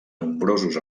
nombrosos